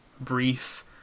brief